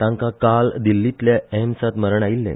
तांका काल दिल्लीतल्या एम्सात मरण आयिल्ले